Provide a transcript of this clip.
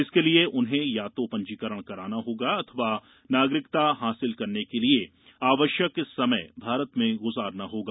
इसके लिए उन्हें या तो पंजीकरण कराना होगा अथवा नागरिकता हासिल करने के लिए आवश्यक समय भारत में गुजारना होगा